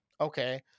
okay